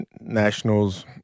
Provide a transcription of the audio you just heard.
nationals